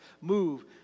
move